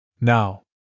now